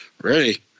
Ready